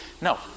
no